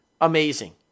amazing